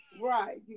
Right